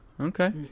Okay